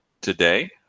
today